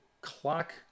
clock